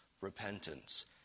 repentance